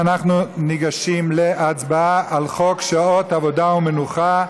אנחנו ניגשים להצבעה על חוק שעות עבודה ומנוחה.